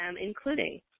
including